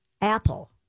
Apple